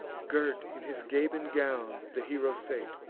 girt in his gabin gown the hero sate,